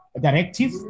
directive